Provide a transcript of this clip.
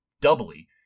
doubly